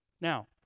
Now